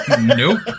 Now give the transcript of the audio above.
Nope